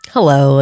Hello